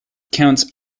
counts